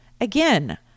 Again